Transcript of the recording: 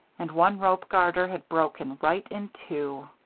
and one rope garter had broken right in two.